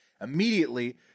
immediately